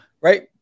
right